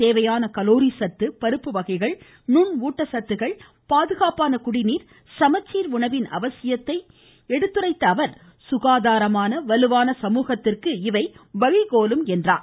தேவையான கலோரி சத்து பருப்பு வகைகள் நுண் ஊட்டசத்துகள் பாதுகாப்பான குடிநீர் சமச்சீர் உணவின் அவசியத்தை எடுத்துரைத்த அவர் சுகாதாரமான வலுவான சமூகத்திற்கு இவை வழிகோலும் என்று தெரிவித்தார்